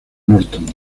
norton